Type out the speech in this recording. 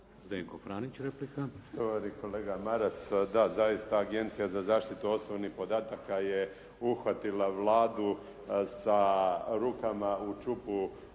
Zdenko Franić. Replika.